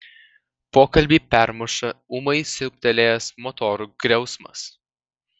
pokalbį permuša ūmai siūbtelėjęs motorų griausmas